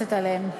מבוססת עליהם.